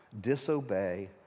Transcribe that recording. disobey